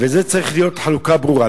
וזאת צריכה להיות חלוקה ברורה.